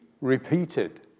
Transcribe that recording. repeated